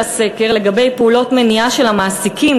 לגבי פעולות מניעה של המעסיקים,